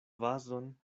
vazon